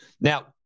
Now